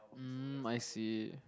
mm I see